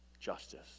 justice